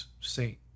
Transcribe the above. saint